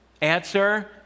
Answer